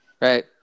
Right